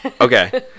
Okay